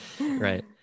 Right